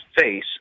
face